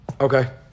Okay